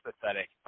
pathetic